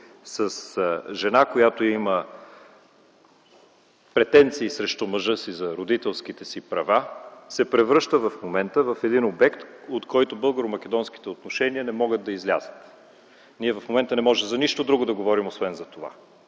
с жена, която има претенции срещу мъжа си за родителските си права, се превръща в момента в един обект, от който българо-македонските отношения не могат да излязат. В момента не можем за нищо друго да говорим, освен за това.